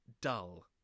dull